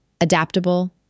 adaptable